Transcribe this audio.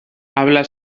habla